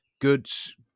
goods